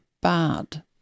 bad